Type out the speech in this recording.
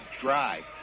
drive